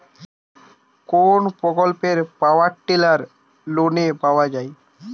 কোন প্রকল্পে power tiller লোনে পাওয়া য়ায়?